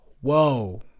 Whoa